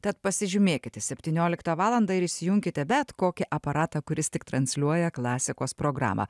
tad pasižymėkite septynioliktą valandą ir įsijunkite bet kokį aparatą kuris tik transliuoja klasikos programą